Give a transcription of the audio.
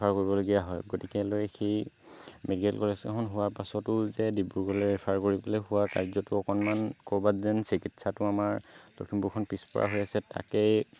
refer কৰিবলগীয়া হয় গতিকেলৈ সেই মেডিকেল কলেজ কেইখন হোৱাৰ পাছতো যে ডিব্ৰুগড়লৈ ৰেফাৰ কৰিবলৈ হোৱা কাৰ্যটো অকণমান ক'ৰবাত যেন চিকিৎসাটো আমাৰ লখিমপুৰখন পিছপৰা হৈ আছে তাকে